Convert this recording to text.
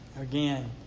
again